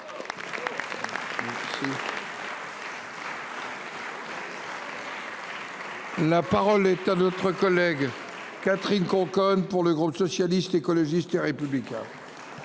La parole est à notre collègue Catherine Conconne pour le groupe socialiste, écologiste et républicain.